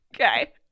Okay